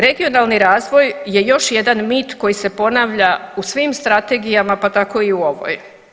Regionalni razvoj je još jedan mit koji se ponavlja u svim strategijama, pa tako i u ovoj.